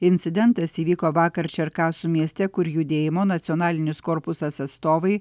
incidentas įvyko vakar čerkasų mieste kur judėjimo nacionalinis korpusas atstovai